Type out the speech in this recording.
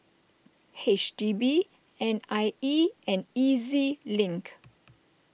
H D B N I E and E Z Link